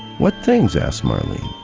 what things? asked marlene.